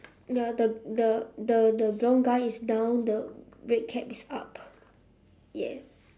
ya the the the the john guy is down the red cap is up yeah